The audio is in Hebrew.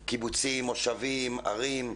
גם שיתוף קיבוצים, מושבים, ערים.